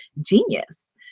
genius